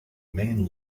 main